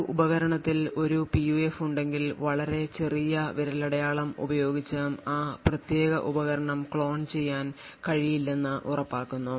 ഒരു ഉപകരണത്തിൽ ഒരു PUF ഉണ്ടെങ്കിൽ വളരെ ചെറിയ വിരലടയാളം ഉപയോഗിച്ച് ആ പ്രത്യേക ഉപകരണം ക്ലോൺ ചെയ്യാൻ കഴിയില്ലെന്ന് ഉറപ്പാക്കുന്നു